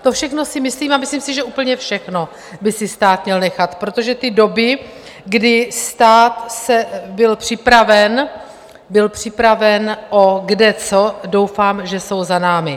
To všechno si myslím a myslím si, že úplně všechno by si stát měl nechat, protože ty doby, kdy stát byl připraven, byl připraven o kde co, doufám, že jsou za námi.